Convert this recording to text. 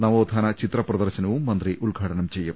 നവോത്ഥാന ചിത്രപ്രദർശനവും മന്ത്രി ഉദ്ഘാടനം ചെയ്യും